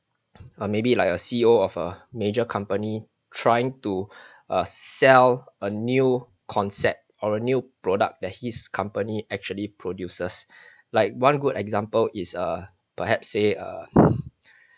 or maybe like a C_E_O of a major company trying to uh sell a new concept or a new product that his company actually produces like one good example is err perhaps say err